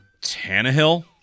Tannehill